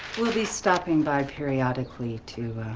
we'll be stopping by periodically to